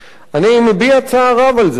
אני מביע צער רב על זה שהממשלה,